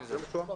זה מה שהוא אמר.